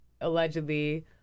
allegedly